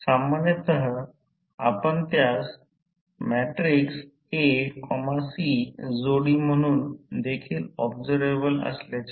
तर समजावून सांगण्यासारखे बरेच काही नाही कारण single phase AC circuit phasor आकृती सर्वकाही पाहिली आहे जर हे बनवून A